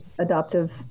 adoptive